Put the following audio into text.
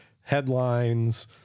headlines